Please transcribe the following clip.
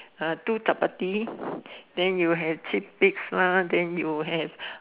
ah two Chapati then you have chickpeas lah then you have